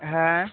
হ্যাঁ